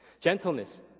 Gentleness